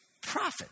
profit